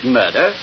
murder